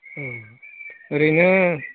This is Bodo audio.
ओरैनो